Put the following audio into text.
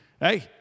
Hey